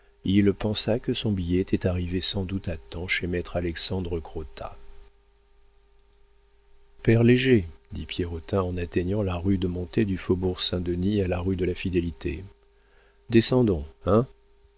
il pensa que son billet était arrivé sans doute à temps chez maître alexandre crottat père léger dit pierrotin en atteignant la rude montée du faubourg saint-denis à la rue de la fidélité descendons hein